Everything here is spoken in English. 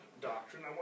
doctrine